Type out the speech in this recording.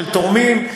של תורמים,